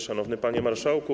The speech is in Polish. Szanowny Panie Marszałku!